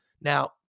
Now